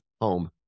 home